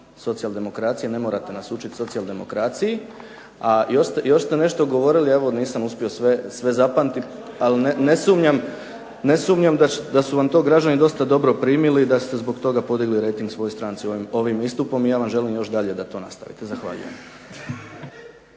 socijaldemokracije, ne morate nas učiti socijaldemokraciji. A još ste nešto govorili, evo nisam uspio sve zapamtiti, ali ne sumnjam da su vam to građani dosta dobro primili i da ste zbog toga podigli rejting svojoj stranci ovim istupom i ja vam želim još dalje da to nastavite. Zahvaljujem.